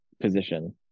position